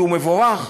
שהוא מבורך,